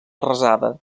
arrasada